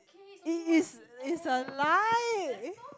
it is it's a lie eh